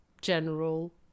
general